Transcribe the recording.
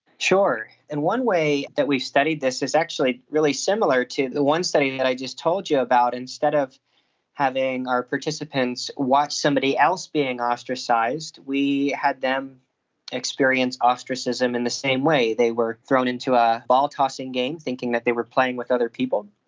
sure, and one way that we've studied this is actually really similar to the one study i just told you about. instead of having our participants watch somebody else being ostracised, we had them experience ostracism in the same way. they were thrown into a ball tossing game thinking that they were playing with other people,